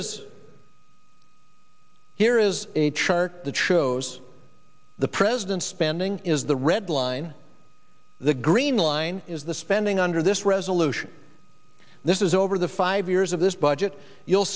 is here is a chart that shows the president's spending is the red line the green line is the spending under this resolution this is over the five years of this budget you'll